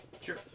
Sure